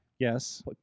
Yes